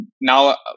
now